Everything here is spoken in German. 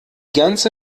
ganze